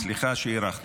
גברתי, סליחה שהארכתי.